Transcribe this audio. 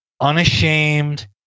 unashamed